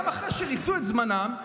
וגם אחרי שריצו את זמנם,